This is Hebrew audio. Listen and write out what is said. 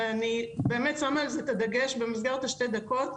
אני שמה על זה את הדגש במסגרת הזמן הקצר שלי,